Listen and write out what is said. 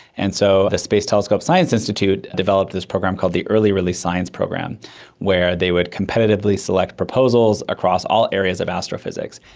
and so the space telescope science institute developed this program called the early release science program where they would competitively select proposals across all areas of astrophysics.